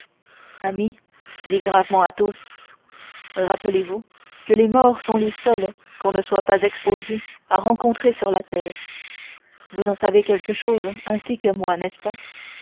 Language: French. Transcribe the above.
dit gravement athos rappelez-vous que les morts sont les seuls qu'on ne soit pas exposé à rencontrer sur la terre vous en savez quelque chose ainsi que moi n'est-ce pas